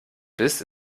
biss